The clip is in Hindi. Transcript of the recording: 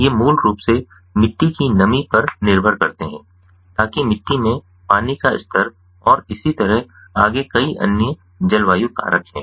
ये मूल रूप से मिट्टी की नमी पर निर्भर करते हैं ताकि मिट्टी में पानी का स्तर और इसी तरह आगे कई अन्य जलवायु कारक हैं